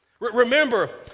Remember